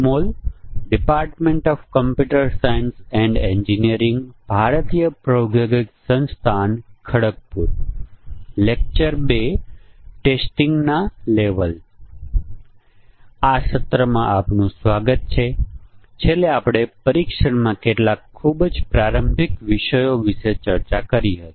અત્યાર સુધી આપણે બ્લેક બોક્સ પરીક્ષણ તરફ ધ્યાન આપીએ છીએ અને આપણે બ્લેક બોક્સ પરીક્ષણની કેટલીક વ્યૂહરચનાઓ તરફ ધ્યાન આપ્યું હતું અને સમકક્ષ વર્ગના પરીક્ષણના કેસો જોયા